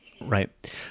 Right